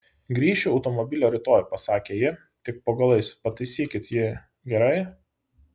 grįšiu automobilio rytoj pasakė ji tik po galais pataisykit jį gerai